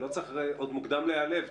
עוד מוקדם להיעלב.